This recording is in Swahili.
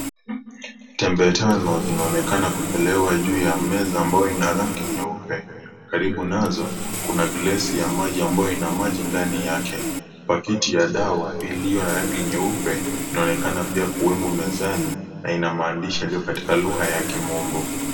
Tembe tano zinaonekana kuwekelea juu ya meza ambayo ina rangi nyeupe. Karibu nazo, kuna glasi ya maji ambayo ina maji ndani yake. Pakiti ya dawa, iliyo na rangi nyeupe, inaonekana pia kuwemo mezani na ina maandishi yaliyo katika lugha ya kimombo.